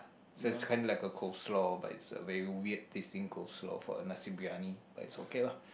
so it's kinda like a coleslaw but it's a very weird tasting coleslaw for a nasi-biryani but it's okay lah